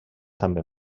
també